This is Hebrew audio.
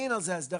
אין על זה הסדרה.